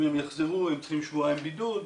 אם הם יחזרו, הם צריכים שבועיים בידוד.